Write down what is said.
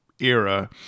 era